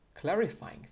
clarifying